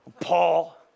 Paul